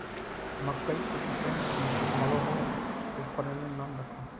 मकई कुंसम मलोहो उपकरनेर नाम बता?